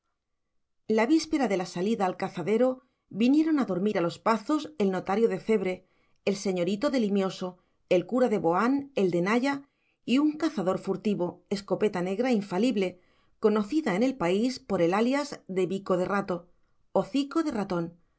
la víspera de la salida al cazadero vinieron a dormir a los pazos el notario de cebre el señorito de limioso el cura de boán el de naya y un cazador furtivo escopeta negra infalible conocida en el país por el alias de bico de rato hocico de ratón mote apropiadísimo a